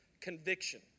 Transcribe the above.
conviction